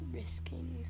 risking